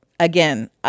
Again